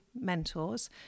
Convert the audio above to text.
mentors